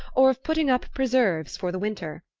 or of putting up preserves for the winter.